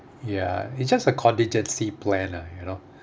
ya it's just a contingency plan lah you know